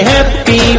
Happy